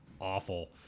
awful